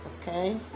Okay